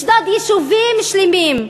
לשדוד יישובים שלמים,